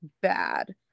bad